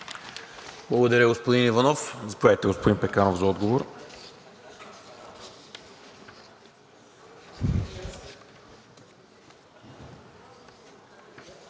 Благодаря Ви, господин Пандов. Заповядайте, господин Лазаров, за отговор.